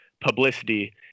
publicity